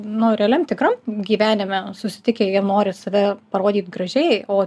nu realiam tikram gyvenime susitikę jie nori save parodyt gražiai o